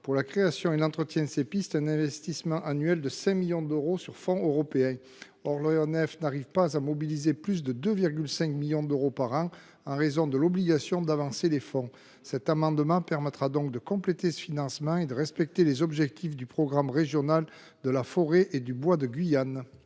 pour la création et l’entretien de ces pistes, un investissement annuel de 5 millions d’euros sur fonds européens. Or l’ONF n’arrive pas à mobiliser plus de 2,5 millions d’euros par an en raison de l’obligation d’avancer les fonds. Cet amendement vise à compléter ce financement, afin de respecter les objectifs du PNFB de Guyane. Quel est l’avis de la